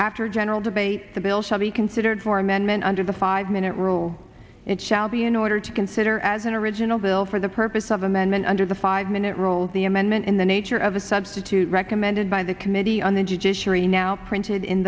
after general debate the bill shall be considered for amendment under the five minute rule it shall be in order to consider as an original bill for the purpose of amendment under the five minute roll the amendment in the nature of a substitute recommended by the committee on the judiciary now printed in